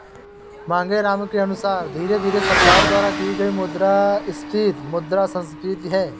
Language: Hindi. मांगेराम के अनुसार धीरे धीरे सरकार द्वारा की गई मुद्रास्फीति मुद्रा संस्फीति है